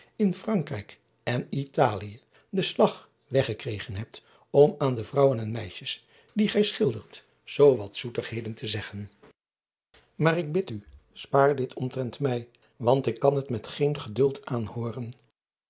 in rankrijk en talië den slag weggekregen hebt om aan de vrouwen en meisjes die gij schildert zoo wat zoetigheden te zeggen maar ik bid u spaar dit omtrent mij want ik kan het met geen geduld